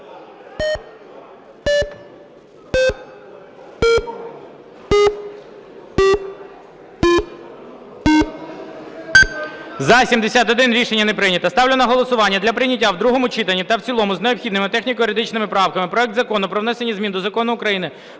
За-71 Рішення не прийнято. Ставлю на голосування, для прийняття в другому читанні та в цілому з необхідними техніко-юридичними правками проект Закону про внесення змін до Закону України